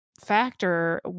factor